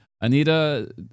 anita